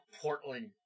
Portland